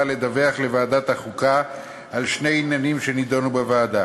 לדווח לוועדת החוקה על שני עניינים שנדונו בוועדה: